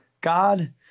God